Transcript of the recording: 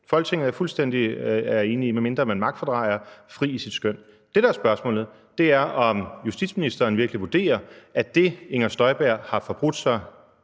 Folketinget er, det er jeg enig i, medmindre man magtfordrejer, fuldstændig fri i sit skøn. Det, der er spørgsmålet, er, om justitsministeren virkelig vurderer, at det, Inger Støjberg har forbrudt sig